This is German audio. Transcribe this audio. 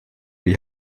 die